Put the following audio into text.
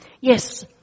yes